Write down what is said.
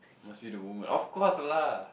must be the woman of course lah